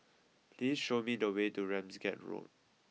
please show me the way to Ramsgate Road